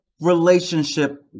relationship